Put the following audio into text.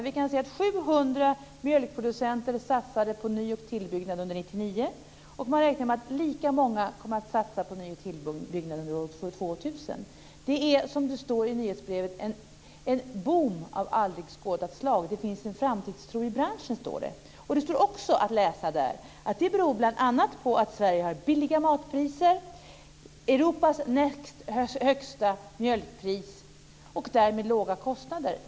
Vi kan där se att 700 mjölkproducenter satsade på ny och tillbyggnad under 1999 och att man räknar med att lika många kommer att satsa på ny och tillbyggnad under år 2000. Det är, som det står i nyhetsbrevet, en boom av aldrig skådat slag. Det finns en framtidstro i branschen, står det. Det står också att läsa att det bl.a. beror på att Sverige har billiga matpriser, Europas näst högsta mjölkpris och därmed låga kostnader.